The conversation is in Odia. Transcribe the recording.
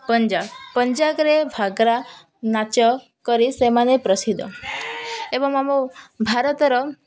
ପଞ୍ଜାବ ପଞ୍ଜାବରେ ଭାଗ୍ରା ନାଚ କରି ସେମାନେ ପ୍ରସିଦ୍ଧ ଏବଂ ଆମ ଭାରତର